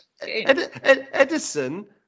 Edison